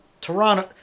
Toronto